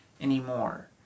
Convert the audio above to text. anymore